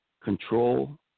control